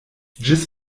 ĝis